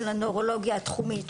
של הנוירולוגיה התחומית,